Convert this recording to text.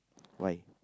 why